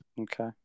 Okay